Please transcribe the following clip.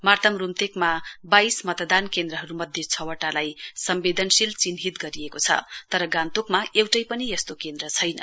मार्ताम रूम्तेकमा बाइस मतदान केन्द्रहरूमध्ये छ वटालाई सम्बेदनशील चिन्हित गरिएको छ तर गान्तोकमा एउटै पनि यस्तो केन्द्र छैन